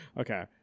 Okay